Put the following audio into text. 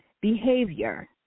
behavior